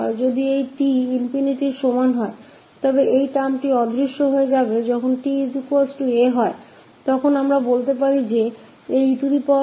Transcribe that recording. यह t ∞ की तरफ जाएगा और वह term ख़तम हो जाएगा और जब ta फिर हम कह सकते है की यह e ass है